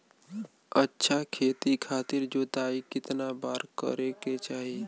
अच्छा खेती खातिर जोताई कितना बार करे के चाही?